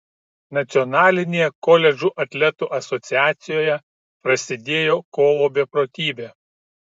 nacionalinėje koledžų atletų asociacijoje prasidėjo kovo beprotybė